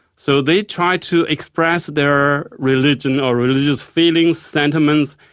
so they tried to express their religion or religious feelings, sentiments,